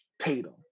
Tatum